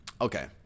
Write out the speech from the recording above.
Okay